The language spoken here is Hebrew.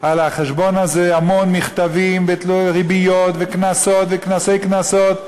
על החשבון הזה המון מכתבים וריביות וקנסות וקנסי-קנסות,